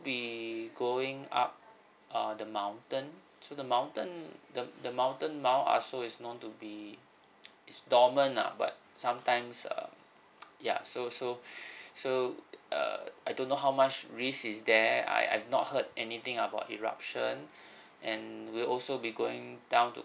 be going up uh the mountain so the mountain the the mountain now uh so is known to be it's dormant ah but sometimes uh ya so so so err I don't know how much risk is there I I've not heard anything about eruption and we'll also be going down to